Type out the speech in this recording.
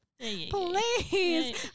Please